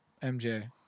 MJ